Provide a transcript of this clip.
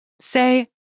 Say